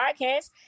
Podcast